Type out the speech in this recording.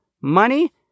money